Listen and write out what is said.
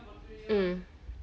mm